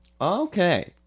okay